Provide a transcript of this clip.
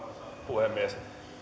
puhemies